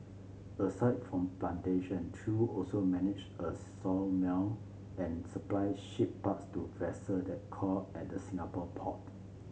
aside from plantation Chew also managed a sawmill and supplied ship parts to vessel that called at the Singapore port